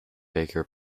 baker